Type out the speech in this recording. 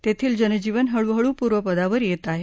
तेथील जनजीवन हळूहळू पूर्व पदावर येत आहे